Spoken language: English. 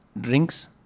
drinks